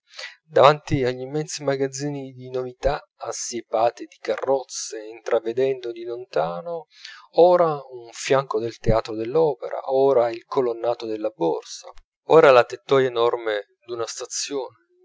davanti agli immensi magazzini di novità assiepati di carrozze intravvedendo di lontano ora un fianco del teatro dell'opera ora il colonnato della borsa ora la tettoia enorme d'una stazione